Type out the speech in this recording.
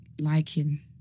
liking